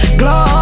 glow